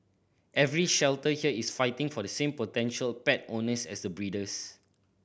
every shelter here is fighting for the same potential pet owners as the breeders